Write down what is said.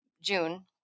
June